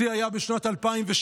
השיא היה בשנת 2008,